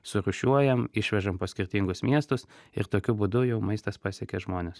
surūšiuojam išvežam po skirtingus miestus ir tokiu būdu jau maistas pasiekia žmones